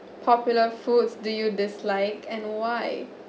popular foods do you dislike and why